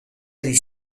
ریش